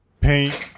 paint